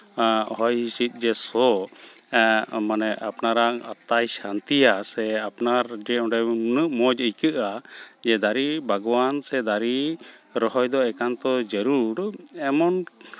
ᱦᱚᱭ ᱦᱤᱸᱥᱤᱫ ᱡᱮ ᱥᱚ ᱦᱮᱸ ᱢᱟᱱᱮ ᱟᱯᱱᱟᱨᱟᱜ ᱟᱛᱛᱟᱭ ᱥᱟᱱᱛᱤᱭᱟ ᱥᱮ ᱟᱯᱱᱟᱨ ᱜᱮ ᱚᱸᱰᱮ ᱩᱱᱟᱹᱜ ᱢᱚᱡᱽ ᱟᱹᱭᱠᱟᱹᱜᱼᱟ ᱫᱟᱨᱮ ᱵᱟᱜᱽᱣᱟᱱ ᱥᱮ ᱫᱟᱨᱮ ᱨᱚᱦᱚᱭ ᱫᱚ ᱮᱠᱟᱱᱛᱚ ᱡᱟᱹᱨᱩᱲ